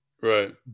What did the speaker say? Right